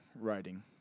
writing